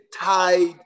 tide